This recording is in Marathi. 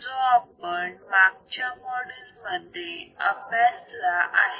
जो आपण मागच्या मॉड्यूल मध्ये अभ्यासला आहे